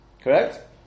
Correct